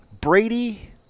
Brady